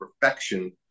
perfection